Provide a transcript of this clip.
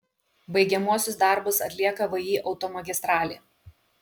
baigiamuosius darbus atlieka vį automagistralė